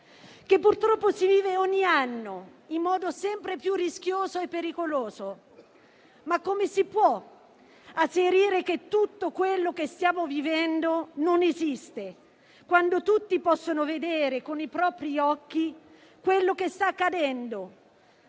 che purtroppo si vive ogni anno in modo sempre più rischioso e pericoloso? Come si può asserire che tutto quello che stiamo vivendo non esiste, quando tutti possono vedere con i propri occhi quanto sta accadendo?